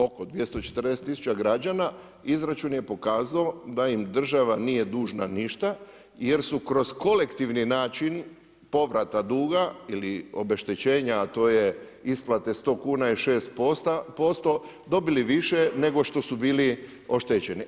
Oko 240 tisuća građana, izračun je pokazao, da im država nije dužna ništa, jer su kroz kolektivni način povrata duga ili obeštećenja, a to je isplata 100 kuna i 6% dobili više nego što su bili oštećeni.